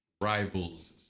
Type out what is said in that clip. Rivals